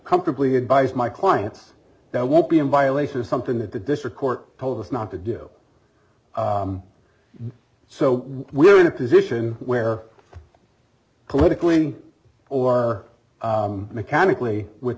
comfortably advise my clients that won't be in violation of something that the district court told us not to do so we're in a position where politically or mechanically with